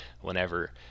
whenever